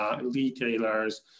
retailers